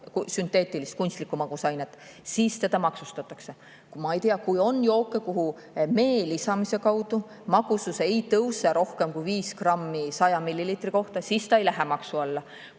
sünteetilist, kunstlikku magusainet, siis maksustatakse. Ma ei tea, kui on jooke, kus mee lisamisel magusus ei tõuse rohkem kui 5 grammi 100 milliliitri kohta, siis need ei lähe maksu alla,